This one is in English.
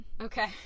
okay